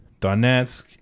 Donetsk